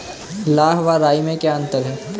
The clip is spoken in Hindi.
लाह व राई में क्या अंतर है?